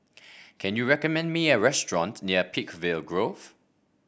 can you recommend me a restaurant near Peakville Grove